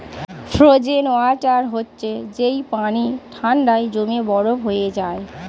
frozen water হচ্ছে যেই পানি ঠান্ডায় জমে বরফ হয়ে যায়